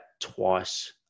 twice